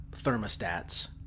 thermostats